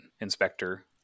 inspector